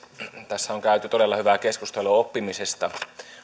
tässä on käyty todella hyvää keskustelua oppimisesta